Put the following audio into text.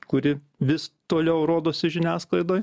kuri vis toliau rodosi žiniasklaidoj